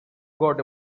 got